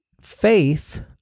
Faith